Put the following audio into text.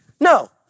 No